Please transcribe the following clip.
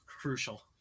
crucial